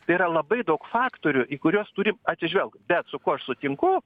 tai yra labai daug faktorių į kuriuos turim atsižvelgt bet su kuo aš sutinku